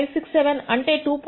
567 అంటే 2